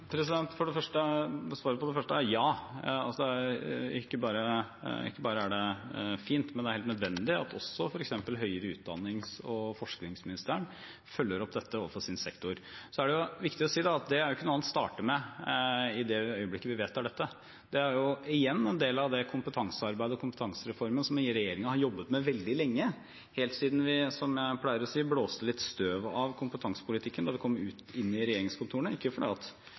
Svaret på det første er ja. Ikke bare er det fint, det er helt nødvendig at også f.eks. høyere utdannings- og forskningsministeren følger opp dette overfor sin sektor. Så er det viktig å si at det er ikke noe han starter med i det øyeblikket vi vedtar dette. Dette er igjen en del av det kompetansearbeidet og den kompetansereformen regjeringen har jobbet med veldig lenge – helt siden vi blåste litt støv av kompetansepolitikken da vi kom inn i regjeringskontorene, som jeg pleier å si. Ikke fordi de var støvete, de som var der, men fordi det hadde ikke